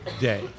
day